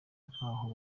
ntaho